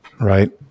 right